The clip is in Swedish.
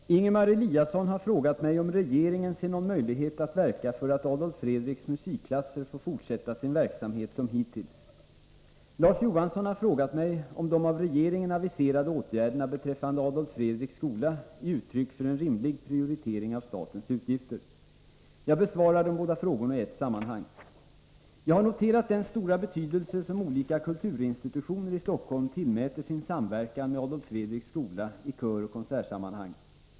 Herr talman! Ingemar Eliasson har frågat mig om regeringen ser någon möjlighet att verka för att Adolf Fredriks musikklasser får fortsätta sin verksamhet som hittills. Larz Johansson har frågat mig om de av regeringen aviserade åtgärderna beträffande Adolf Fredriks skola är uttryck för en rimlig prioritering av statens utgifter. Jag besvarar de båda frågorna i ett sammanhang. Jag har noterat den stora betydelse som olika kulturinstitutioner i Stockholm tillmäter sin samverkan med Adolf Fredriks skola i köroch konsertsammanhang.